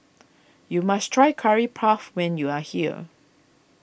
you must try Curry Puff when you are here